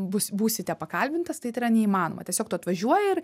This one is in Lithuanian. būs būsite pakalbintas tai tai yra neįmanoma tiesiog tu atvažiuoji ir